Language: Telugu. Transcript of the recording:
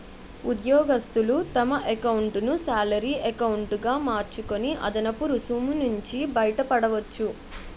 ఉద్యోగస్తులు తమ ఎకౌంటును శాలరీ ఎకౌంటు గా మార్చుకొని అదనపు రుసుము నుంచి బయటపడవచ్చు